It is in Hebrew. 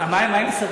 מה עם שרים?